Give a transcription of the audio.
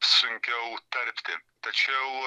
sunkiau tarpti tačiau